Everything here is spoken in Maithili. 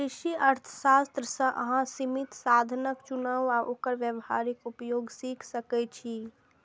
कृषि अर्थशास्त्र सं अहां सीमित साधनक चुनाव आ ओकर व्यावहारिक उपयोग सीख सकै छी